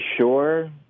sure